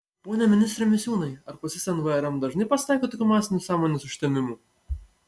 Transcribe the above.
pone ministre misiūnai ar pas jus ten vrm dažnai pasitaiko tokių masinių sąmonės užtemimų